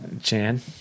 Chan